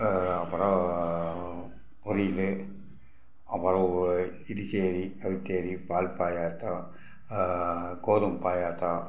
அப்புறம் பொரியல் அவ்வளோவு இடிச்சேரி அவிச்சேரி பால் பாயாசம் கோதுமை பாயாசம்